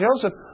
Joseph